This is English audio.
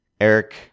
eric